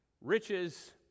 riches